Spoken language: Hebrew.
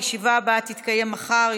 הישיבה הבאה תתקיים מחר,